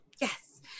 Yes